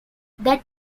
that